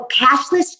cashless